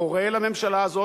קורא לממשלה הזאת,